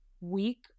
week